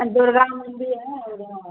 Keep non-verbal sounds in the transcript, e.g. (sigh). (unintelligible) दुर्गा मन्दिर है उधर